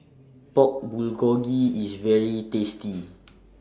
Pork Bulgogi IS very tasty